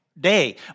day